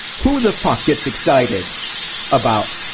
who the fuck gets excited about,